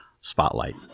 Spotlight